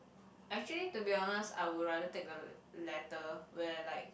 actually to be honest I would rather take the latter where like